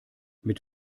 mit